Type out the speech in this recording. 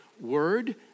word